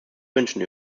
wünschen